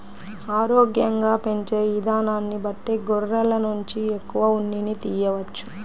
ఆరోగ్యంగా పెంచే ఇదానాన్ని బట్టే గొర్రెల నుంచి ఎక్కువ ఉన్నిని తియ్యవచ్చు